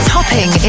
Topping